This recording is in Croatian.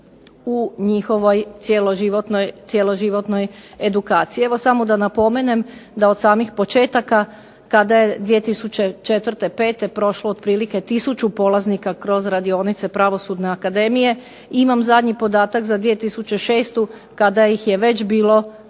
u njihovoj cjeloživotno edukaciji. Evo samo da napomenem da je od samih početaka kada je od 2004. pete prošlo otprilike tisuću polaznika kroz radionice Pravosudna akademije. Imam zadnji podatak za 2006. kada ih je već bilo